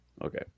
Okay